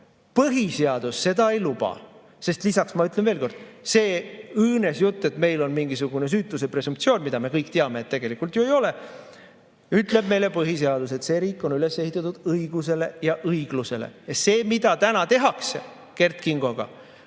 Põhiseadus seda ei luba. Sest lisaks, ma ütlen veel kord: see õõnes jutt, et meil on mingisugune süütuse presumptsioon – me kõik teame, et tegelikult ju ei ole. Põhiseadus ütleb meile, et see riik on üles ehitatud õigusele ja õiglusele. See, mida täna tehakse Kert Kingoga,